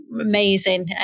amazing